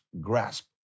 grasp